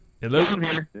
Hello